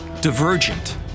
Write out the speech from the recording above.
divergent